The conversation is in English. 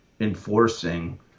enforcing